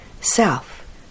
self